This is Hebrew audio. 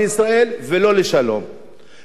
חזרו, אותה ליגה ערבית,